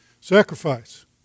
Sacrifice